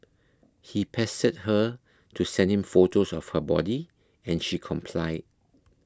he pestered her to send him photos of her body and she complied